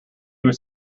was